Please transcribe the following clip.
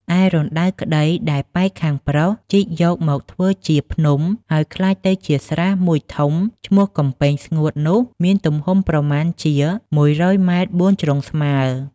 ឯរណ្ដៅក្ដី ដែលប៉ែកខាងប្រុសជីកយកមកធ្វើជាភ្នំ ហើយក្លាយទៅជាស្រះ ១ ធំ ឈ្មោះ "កំពែងស្ងួត" នោះ មានទំហំ ប្រមាណជា ១០០ ម. ៤ ជ្រុងស្មើ